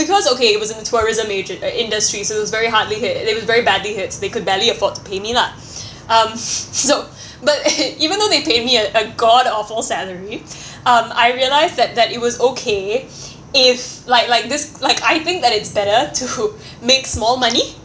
because okay it was in the tourism agent uh industry so it was very hardly hit it was very badly hit they could barely afford to pay me lah um so but eh even though they paid me a a god awful salary um I realised that that it was okay if like like this like I think that it's better to make small money